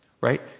Right